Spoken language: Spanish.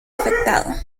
afectado